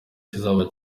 kizaba